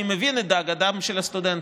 אני מבין את דאגתם של הסטודנטים,